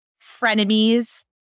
frenemies